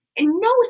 no